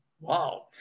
Wow